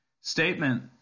statement